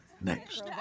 Next